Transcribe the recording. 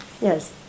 Yes